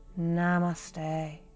Namaste